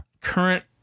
Current